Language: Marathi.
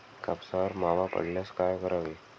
कापसावर मावा पडल्यास काय करावे?